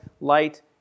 light